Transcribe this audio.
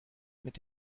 mit